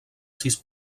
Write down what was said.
sis